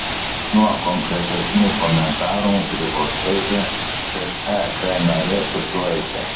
nuo konkretesnių komentarų grybauskaitė kaip ek narė susilaikė